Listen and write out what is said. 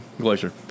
Glacier